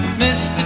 this